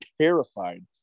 terrified